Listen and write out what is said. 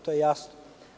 To je jasno.